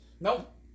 Nope